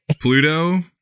Pluto